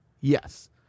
Yes